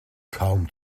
kaum